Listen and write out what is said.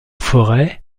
forêt